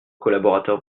collaborateurs